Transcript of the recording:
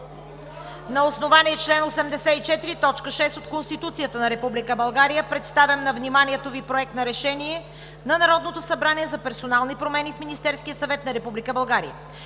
на основание чл. 84, т. 6 от Конституцията на Република България представям на вниманието Ви Проект на решение на Народното събрание за персонални промени в Министерския съвет на